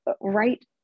right